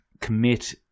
commit